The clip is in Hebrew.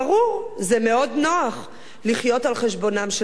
זה מאוד נוח לחיות על חשבונם של אחרים.